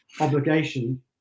obligation